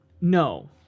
no